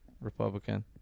Republican